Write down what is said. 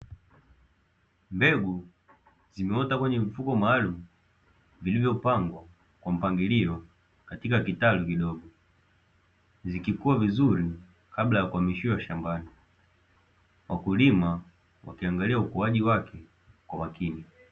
Mbegu zimeota kwenye vifuko maalum vilivyopangwa kwa mpangilio katika kitalu kidogo, zikikua vizuri kabla ya kuhamishiwa shambani, wakulima wakiangalia ukuaji wake kwa makini.